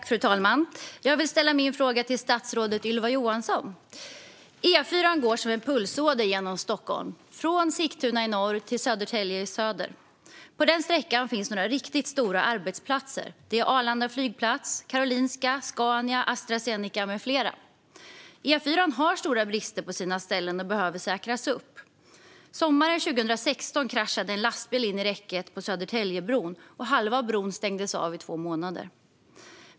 Fru talman! Jag vill ställa min fråga till statsrådet Ylva Johansson. På den sträckan finns några riktigt stora arbetsplatser: Arlanda flygplats, Karolinska, Scania, Astra Zeneca med flera. Sommaren 2016 kraschade en lastbil in i räcket på Södertäljebron, och halva bron stängdes av i två månader.